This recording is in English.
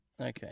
Okay